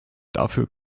dafür